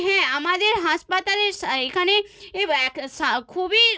হ্যাঁ আমাদের হাসপাতালের সা এখানে এ এক সা খুবই